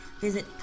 visit